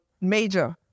major